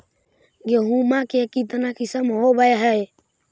गेहूमा के कितना किसम होबै है?